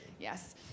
yes